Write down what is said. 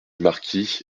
marquis